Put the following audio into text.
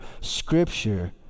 Scripture